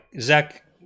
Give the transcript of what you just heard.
Zach